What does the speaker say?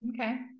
okay